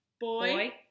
Boy